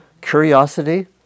Curiosity